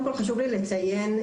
חשוב לי לציין,